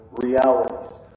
realities